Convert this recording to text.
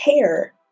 care